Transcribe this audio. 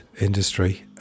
industry